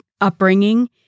upbringing